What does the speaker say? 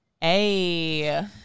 Hey